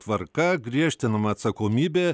tvarka griežtinama atsakomybė